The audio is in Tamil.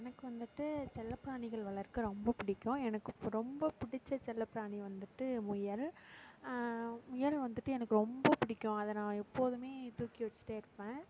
எனக்கு வந்துட்டு செல்ல பிராணிகள் வளர்க்க ரொம்ப பிடிக்கும் எனக்கு ரொம்ப பிடிச்ச செல்ல பிராணி வந்துட்டு முயல் முயல் வந்துட்டு எனக்கு ரொம்ப பிடிக்கும் அதை நான் எப்போதுமே தூக்கி வச்சுட்டே இருப்பேன்